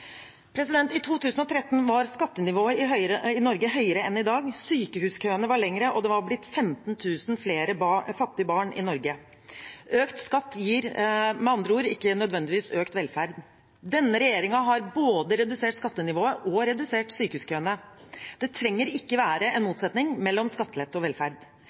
I 2013 var skattenivået i Norge høyere enn i dag, sykehuskøene var lengre, og det var blitt 15 000 flere fattige barn i Norge. Økt skatt gir med andre ord ikke nødvendigvis økt velferd. Denne regjeringen har både redusert skattenivået og redusert sykehuskøene. Det trenger ikke være en motsetning mellom skattelette og velferd.